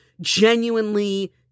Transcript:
genuinely